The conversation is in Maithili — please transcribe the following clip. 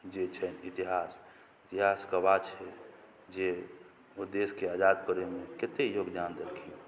जे छनि इतिहास इतिहास गवाह छै जे ओ देशके आजाद करैमे कतेक योगदान देलखिन